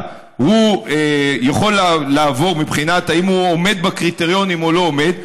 יכול לעבור מבחינת האם הוא עומד בקריטריונים או לא עומד,